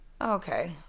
Okay